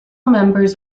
members